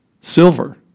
Silver